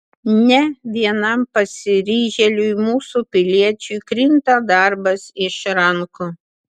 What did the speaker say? ne vienam pasiryžėliui mūsų piliečiui krinta darbas iš rankų